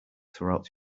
throughout